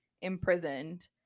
imprisoned